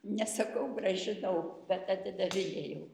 nesakau grąžinau bet atidavinėjau